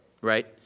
right